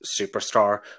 superstar